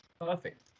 perfect